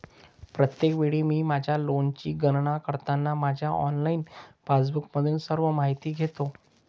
प्रत्येक वेळी मी माझ्या लेनची गणना करताना माझ्या ऑनलाइन पासबुकमधून सर्व माहिती घेतो